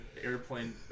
airplane